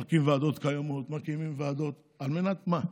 מחלקים ועדות קיימות, מקימים ועדות, על מנת מה?